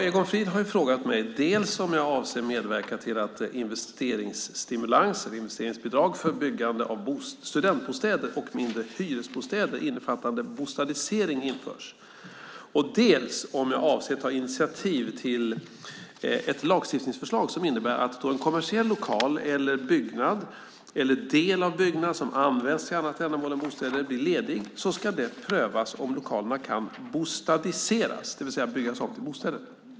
Egon Frid har frågat mig dels om jag avser att medverka till att en investeringsstimulans eller bidrag för byggande av studentbostäder och mindre hyresbostäder innefattande "bostadisering" införs, dels om jag avser att ta initiativ till ett lagstiftningsförslag som innebär att då en kommersiell lokal och en byggnad eller del av byggnad som använts till annat ändamål än bostäder blir ledig ska det prövas om lokalerna kan "bostadiseras", det vill säga byggas om till bostäder.